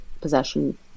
possession